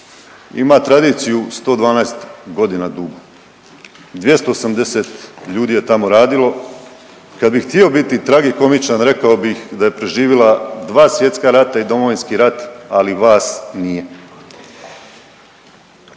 ima tradiciju 112 godina dugu, 280 ljudi je tamo radilo kad bi htio biti tragikomičan rekao bih da je preživila dva svjetska rata i Domovinski rat, ali vas nije.